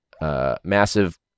massive